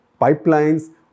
pipelines